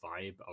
vibe